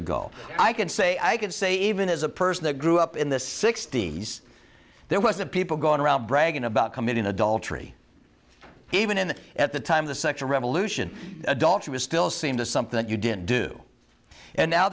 ago i can say i could say even as a person that grew up in the sixty's there was a people going around bragging about committing adultery even at the time the sexual revolution adultery was still seem to something you didn't do and now